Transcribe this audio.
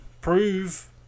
prove